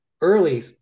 early